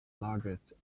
largest